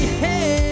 hey